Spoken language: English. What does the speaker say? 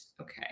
Okay